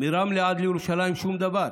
מרמלה עד לירושלים, שום דבר.